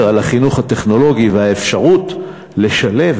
על החינוך הטכנולוגי והאפשרות לשלב